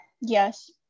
yes